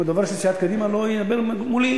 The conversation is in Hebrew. אם הדובר של סיעת קדימה לא ידבר מולי,